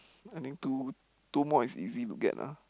I think two two more is easy to get lah